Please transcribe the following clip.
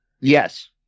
Yes